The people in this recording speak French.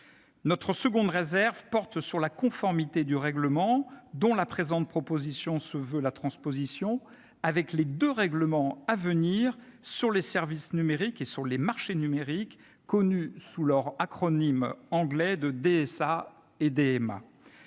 autre de nos réserves porte sur la conformité du règlement, dont la présente proposition se veut la transposition, avec les deux règlements à venir sur les services numériques et sur les marchés numériques, connus sous leurs sigles anglais de DSA () et